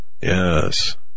Yes